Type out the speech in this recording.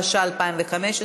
התשע"ה 2015,